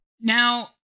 Now